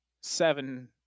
seven